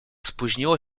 spóźniło